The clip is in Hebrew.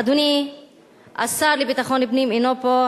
אדוני השר לביטחון פנים אינו פה,